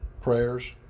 prayers